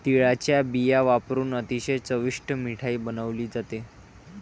तिळाचा बिया वापरुन अतिशय चविष्ट मिठाई बनवली जाते